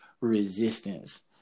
resistance